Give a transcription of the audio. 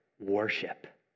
worship